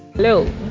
Hello